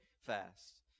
fast